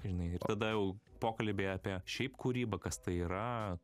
žinai ir tada jau pokalbiai apie šiaip kūrybą kas tai yra